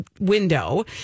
window